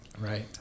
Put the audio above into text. Right